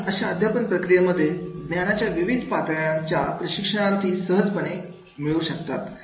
आणि अशा अध्यापन प्रक्रियेमध्ये ज्ञानाच्या विविध पातळ्या प्रशिक्षणार्थी सहजपणे मिळवू शकतात